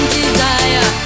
desire